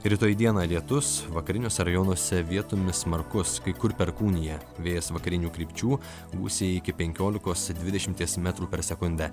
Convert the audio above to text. rytoj dieną lietus vakariniuose rajonuose vietomis smarkus kai kur perkūnija vėjas vakarinių krypčių gūsiai iki penkiolikos ir dvidešimties metrų per sekundę